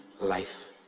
life